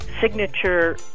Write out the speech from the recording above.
signature